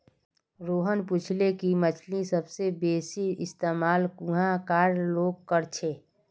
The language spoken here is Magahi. रोहन पूछले कि मछ्लीर सबसे बेसि इस्तमाल कुहाँ कार लोग कर छे